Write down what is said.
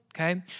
Okay